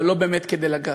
אבל לא באמת כדי לגעת.